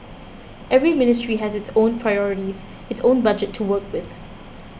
every ministry has its own priorities its own budget to work with